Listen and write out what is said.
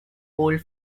old